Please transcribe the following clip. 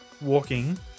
walking